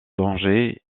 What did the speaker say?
danger